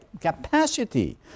capacity